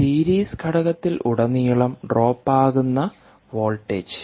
series ഘടകത്തിലുടനീളം drop ആകുന്ന voltage